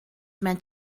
meant